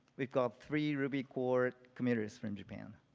we've got three ruby core committers from japan.